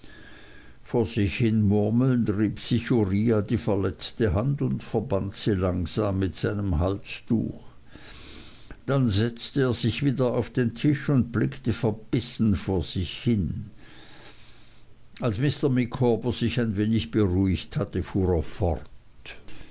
rieb sich uriah die verletzte hand und verband sie langsam mit seinem halstuch dann setzte er sich wieder auf den tisch und blickte verbissen vor sich hin als mr micawber sich ein wenig beruhigt hatte fuhr er fort